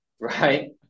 right